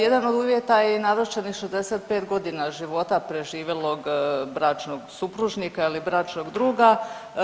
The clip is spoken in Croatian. Jedan od uvjeta je i navršenih 65.g. života preživjelog bračnog supružnika ili bračnog druga.